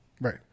Right